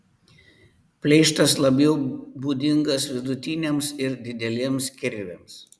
pleištas labiau būdingas vidutiniams ir dideliems kirviams